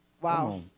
Wow